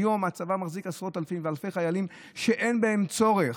היום הצבא מחזיק עשרות אלפי ואלפי חיילים שאין בהם צורך.